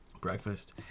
Breakfast